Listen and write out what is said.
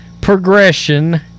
progression